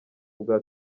bwa